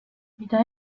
mida